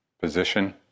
position